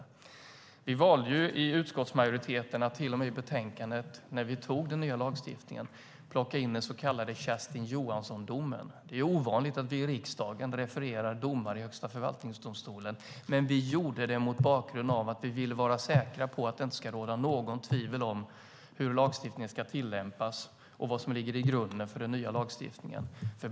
När vi skulle anta den nya lagstiftningen valde vi i utskottsmajoriteten att i betänkandet plocka in den så kallade Kerstin Johansson-domen. Det är ovanligt att vi i riksdagen refererar domar i Högsta förvaltningsdomstolen, men vi gjorde det mot bakgrund av att vi ville vara säkra på att det inte ska råda något tvivel om hur lagstiftningen ska tillämpas och vad som ligger i grunden för den nya lagstiftningen.